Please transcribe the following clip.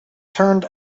turned